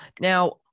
now